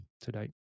today